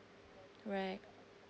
right